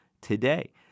today